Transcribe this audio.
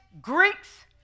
Greeks